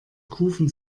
kufen